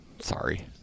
Sorry